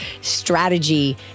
strategy